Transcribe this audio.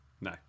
No